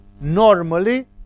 normally